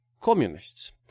communists